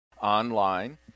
online